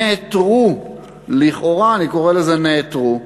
נעתרו לכאורה, אני קורא לזה "נעתרו"